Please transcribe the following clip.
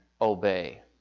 obey